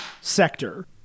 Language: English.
sector